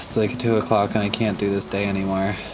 so like two o'clock and i can't do this day anymore.